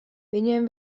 viņiem